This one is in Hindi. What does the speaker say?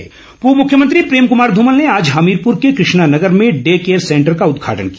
धुमल पूर्व मुख्यमंत्री प्रेम कुमार धूमल ने आज हमीरपुर के कृष्णा नगर में डे केयर सेंटर का उद्घाटन किया